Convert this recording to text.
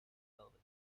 velvet